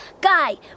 Guy